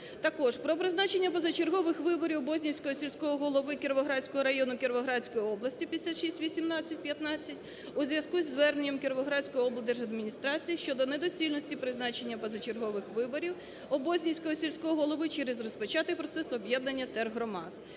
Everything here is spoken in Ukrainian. Також про призначення позачергових виборів Обознівського сільського голови Кіровоградського району Кіровоградської області (5618-15) у зв'язку із зверненням кіровоградської облдержадміністрації щодо недоцільності призначення позачергових виборів Обознівського сільського голови через розпочатий процес об'єднання тергромад.